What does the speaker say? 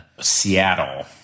seattle